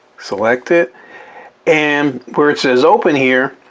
select it and where it says open here,